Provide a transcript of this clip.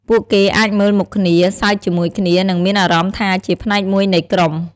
ពួកគេអាចមើលមុខគ្នា សើចជាមួយគ្នា និងមានអារម្មណ៍ថាជាផ្នែកមួយនៃក្រុម។